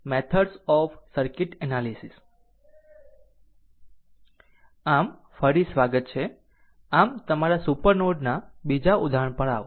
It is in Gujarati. આમ ફરી સ્વાગત છે આમ તમારા સુપર નોડ ના બીજા ઉદાહરણ પર આવો